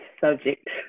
subject